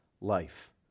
life